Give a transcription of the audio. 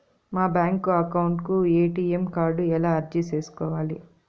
మా bank account కు ATM card ఎలా అర్జీ సేసుకోవాలి?